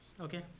Okay